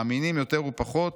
מאמינים יותר ופחות